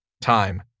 Time